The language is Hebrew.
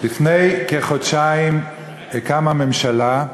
לפני כחודשיים קמה ממשלה,